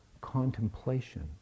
contemplation